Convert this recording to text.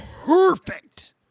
perfect